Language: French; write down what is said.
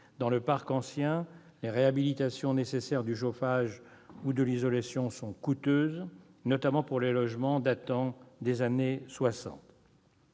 Dans le parc ancien, les réhabilitations nécessaires du chauffage ou de l'isolation sont coûteuses, notamment pour les logements datant des années